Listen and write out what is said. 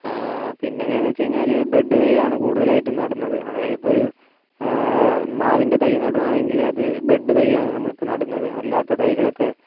പിന്നെ എങ്ങനെ എന്ന് വെച്ച് കഴിഞ്ഞാൽ ബെഡ്ഡ് തൈയാണ് കൂടുതലായിട്ടും നടുന്നത് അതായത് ഇപ്പോൾ ഒരു മാവിൻ്റെ തൈ നടുവാണെങ്കിൽ അത് ബെഡ്ഡ് തൈയാണ് നമ്മളിപ്പോൾ നടുന്നത് അല്ലാത്ത തൈകളൊക്കെ